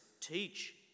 teach